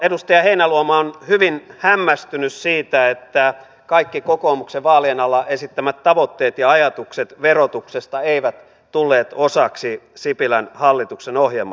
edustaja heinäluoma on hyvin hämmästynyt siitä että kaikki kokoomuksen vaalien alla esittämät tavoitteet ja ajatukset verotuksesta eivät tulleet osaksi sipilän hallituksen ohjelmaa